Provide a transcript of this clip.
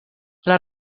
les